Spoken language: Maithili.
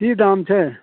की दाम छै